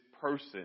person